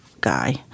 guy